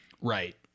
Right